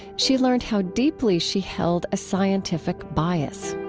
she learned how deeply she held a scientific bias